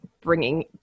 bringing